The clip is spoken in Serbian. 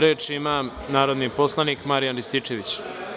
Reč ima narodni poslanik Marijan Rističević.